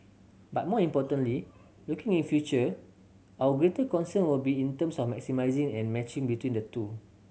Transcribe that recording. but more importantly looking in future our greater concern will be in terms of maximising and matching between the two